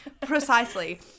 precisely